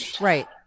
Right